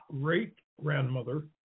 great-grandmother